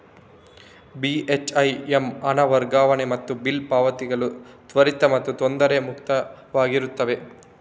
ಬಿ.ಹೆಚ್.ಐ.ಎಮ್ ಹಣ ವರ್ಗಾವಣೆ ಮತ್ತು ಬಿಲ್ ಪಾವತಿಗಳು ತ್ವರಿತ ಮತ್ತು ತೊಂದರೆ ಮುಕ್ತವಾಗಿರುತ್ತವೆ